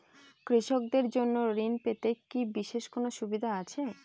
কৃষকদের জন্য ঋণ পেতে কি বিশেষ কোনো সুবিধা আছে?